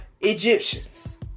Egyptians